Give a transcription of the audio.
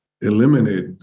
eliminate